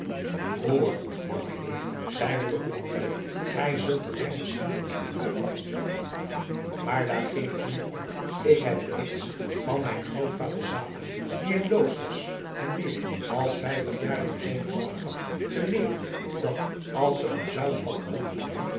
hoor jonge heer zeide de kommandeur gij zult er mij misschien om uitlagchen maar daar geef ik niet om ik heb reeds van mijn grootvader zaliger die een loots was en meer als vijftig jaren op zee gezwalkt had geleerd dar als er een zoutvat omvalt